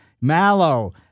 mallow